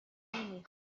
نمی